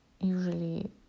usually